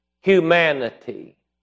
humanity